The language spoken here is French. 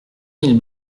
mille